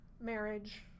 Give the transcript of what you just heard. marriage